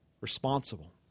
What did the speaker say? responsible